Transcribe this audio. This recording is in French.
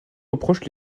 reprochent